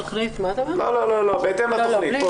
לא, בהתאם לתכנית.